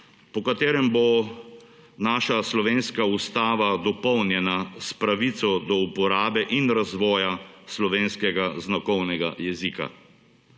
po katerem bo naša slovenska ustava dopolnjena s pravico do uporabo in razvoja slovenskega znakovnega jezika.